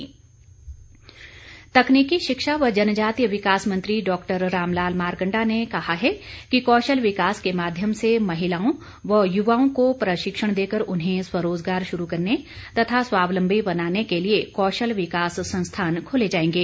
मारकंडा तकनीकी शिक्षा व जनजातीय विकास मंत्री डॉक्टर रामलाल मारकंडा ने कहा है कि कौशल विकास के माध्यम से महिलाओं व युवाओं को प्रशिक्षण देकर उन्हें स्वरोजगार शुरू करने तथा स्वावलंबी बनाने के लिए कौशल विकास संस्थान खोले जाएंगे